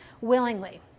willingly